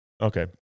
Okay